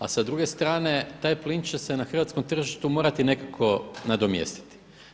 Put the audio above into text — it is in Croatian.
A sa druge strane taj plin će se na hrvatskom tržištu morati nekako nadomjestiti.